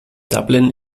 dublin